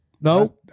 No